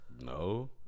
No